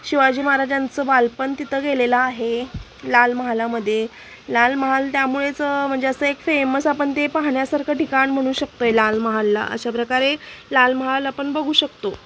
शिवाजी महाराजांचं बालपण तिथं गेलेलं आहे लाल महालामध्ये लाल महल त्यामुळेच म्हणजे असं एक फेमस आपण ते पाहण्यासारखं ठिकाण म्हणू शकतो आहे लाल महालला अशा प्रकारे लाल महाल आपण बघू शकतो